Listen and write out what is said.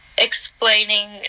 explaining